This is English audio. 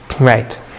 right